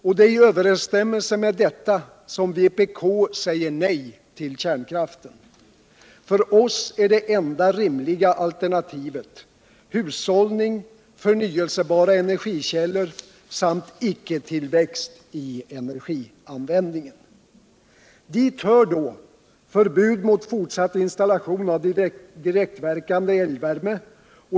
Det är i överensstämmelse med detta som vpk säger nej till kärnkraften. För oss är det enda rimliga alternativet: hushållning. förnvelsebara energikällor samt icke-tillväxt I energianvändningen. Dit hör: förbud mot fortsatt installation av direktverkande elvärme.